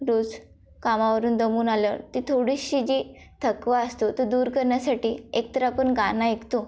रोज कामावरून दमून आल्यावर ती थोडीशी जी थकवा असतो तो दूर करण्यासाठी एकतर आपण गाणं ऐकतो